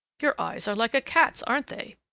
your eyes are like a cat's, aren't they?